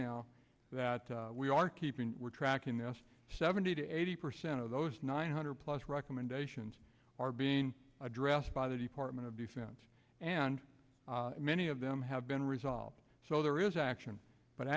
now that we are keeping we're tracking this seventy to eighty percent of those nine hundred plus recommendations are being addressed by the department of defense and many of them have been resolved so there is action but